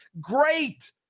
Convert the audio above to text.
Great